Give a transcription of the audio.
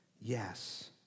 Yes